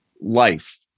life